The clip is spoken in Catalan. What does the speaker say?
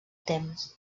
temps